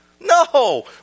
No